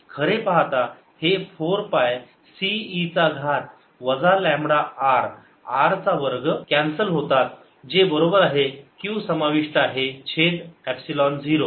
खरे पाहता हे 4 पाय C e चा घात वजा लांबडा r r चा वर्ग कॅन्सल होता जे बरोबर आहे Q समाविष्ट आहे छेद एपसिलोन 0